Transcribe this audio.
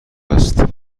است